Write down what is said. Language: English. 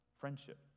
friendship